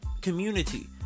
community